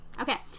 Okay